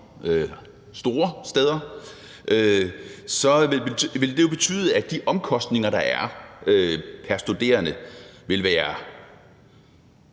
store steder, vil det jo betyde, at de omkostninger, der er pr. studerende, vil være